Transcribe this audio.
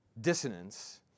dissonance